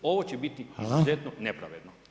Ovo će biti izuzetno nepravedno.